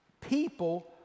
people